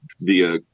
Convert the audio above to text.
via